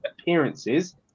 appearances